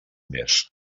mes